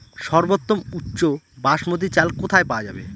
সর্বোওম উচ্চ বাসমতী চাল কোথায় পওয়া যাবে?